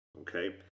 okay